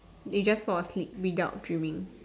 they just fall asleep without dreaming